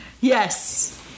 Yes